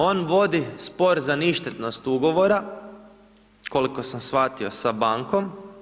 On vodi spor za ništetnost Ugovora, koliko sam shvatio, sa bankom.